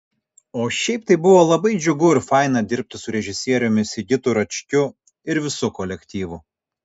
o šiaip tai buvo labai džiugu ir faina dirbti su režisieriumi sigitu račkiu ir visu kolektyvu